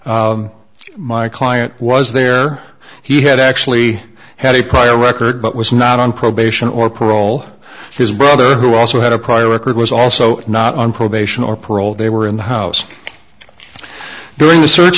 my client was there he had actually had a prior record but was not on probation or parole his brother who also had a prior record was also not on probation or parole they were in the house during the search